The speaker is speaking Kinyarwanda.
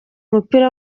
mupira